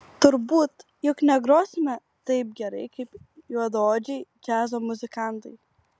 turbūt juk negrosime taip gerai kaip juodaodžiai džiazo muzikantai